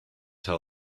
tell